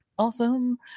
awesome